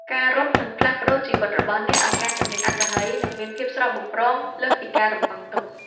ការរត់នឹងផ្លាស់ប្តូរជីវិតរបស់អ្នកឱ្យកាន់តែមានអត្ថន័យ និងមានភាពស្រស់បំព្រងលើសពីការរំពឹងទុក។